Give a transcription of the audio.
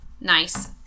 Nice